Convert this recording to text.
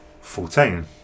Fourteen